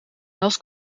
hels